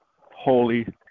holy